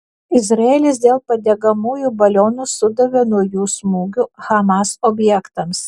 izraelis dėl padegamųjų balionų sudavė naujų smūgių hamas objektams